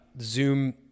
Zoom